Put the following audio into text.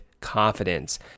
confidence